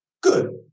Good